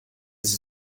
sie